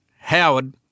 Howard